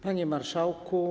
Panie Marszałku!